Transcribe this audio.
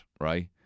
right